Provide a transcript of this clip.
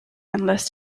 endless